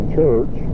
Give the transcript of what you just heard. church